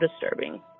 disturbing